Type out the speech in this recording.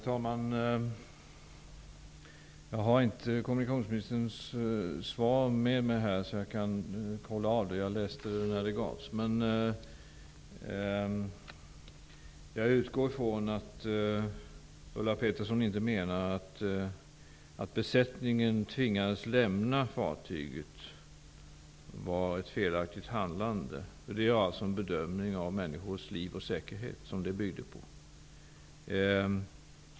Herr talman! Jag har inte kommunikationsministerns svar med mig här, så att jag kan kolla av det; jag läste det när det gavs. Men jag utgår ifrån att Ulla Pettersson inte menar att det förhållandet att besättningen tvingades lämna fartyget var ett felaktigt handlande. Det byggde på en bedömning av människors liv och säkerhet.